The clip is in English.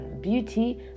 beauty